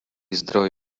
zdroj